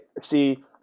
see